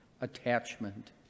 attachment